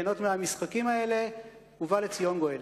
מהמשחקים האלה, ובא לציון גואל.